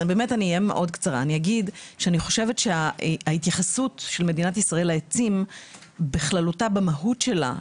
אני חושבת שההתייחסות של מדינת ישראל לעצים בכללותה במהות שלה,